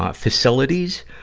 ah facilities,